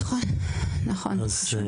נכון, נכון.